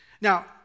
Now